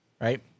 right